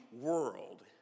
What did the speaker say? world